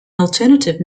alternative